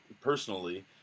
personally